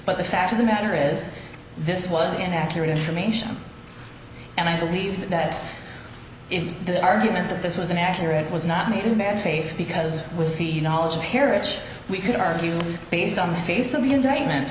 but the fact of the matter is this was inaccurate information and i believe that if the argument that this was inaccurate was not made in bad taste because with phenology parritch we could argue based on the face of the indictment